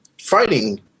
fighting